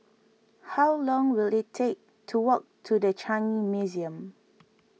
how long will it take to walk to the Changi Museum